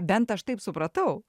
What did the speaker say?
bent aš taip supratau